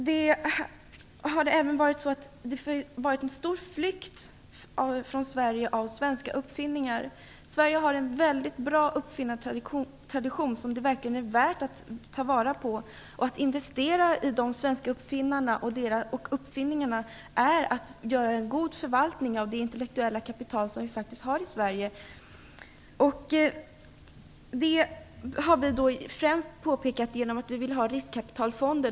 Det har varit en stor flykt från Sverige när det gäller svenska uppfinningar. Sverige har en mycket bra uppfinnartradition som det verkligen är värt att ta vara på. Att investera i de svenska uppfinnarna och i de svenska uppfinningarna innebär en god förvaltning av det intellektuella kapital som vi faktiskt har i Sverige. Det har vi velat åtgärda genom riskkapitalfonder.